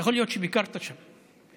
יכול להיות שביקרת שם.